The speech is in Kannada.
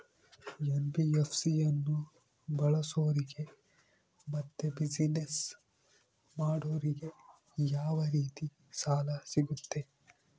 ಎನ್.ಬಿ.ಎಫ್.ಸಿ ಅನ್ನು ಬಳಸೋರಿಗೆ ಮತ್ತೆ ಬಿಸಿನೆಸ್ ಮಾಡೋರಿಗೆ ಯಾವ ರೇತಿ ಸಾಲ ಸಿಗುತ್ತೆ?